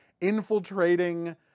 infiltrating